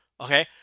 okay